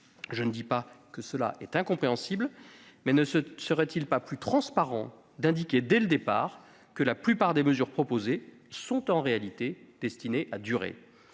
Je ne dis pas que cela est incompréhensible, mais ne serait-il pas plus transparent d'indiquer, dès le départ, que la plupart des mesures proposées sont en réalité destinées à durer ?